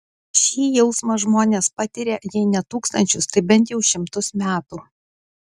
šį jausmą žmonės patiria jei ne tūkstančius tai bent jau šimtus metų